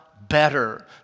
better